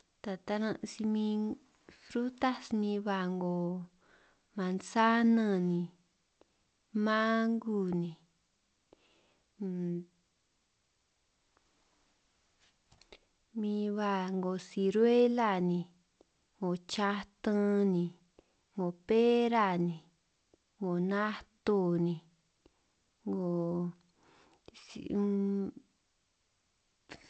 Ta taran' si min frutas min ba 'ngo mansana, mangu ni, min ba 'ngo siruela ni, 'ngo chatan ni, 'ngo pera ni, 'ngo nato ni, 'ngo unn.